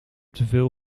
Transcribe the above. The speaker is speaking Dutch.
teveel